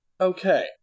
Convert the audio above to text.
Okay